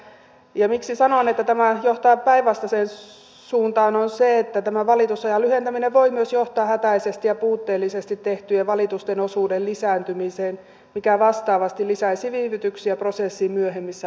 ja miksi sanon että tämä johtaa päinvastaiseen suuntaan niin siksi että tämä valitusajan lyhentäminen voi myös johtaa hätäisesti ja puutteellisesti tehtyjen valitusten osuuden lisääntymiseen mikä vastaavasti lisäisi viivytyksiä prosessin myöhemmissä vaiheissa